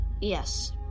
Yes